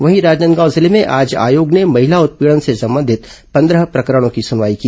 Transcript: वहीं राजनादगांव जिले में आज आयोग ने महिला उत्पीड़न से संबंधित पंद्रह प्रकरणों की सुनवाई की